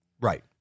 Right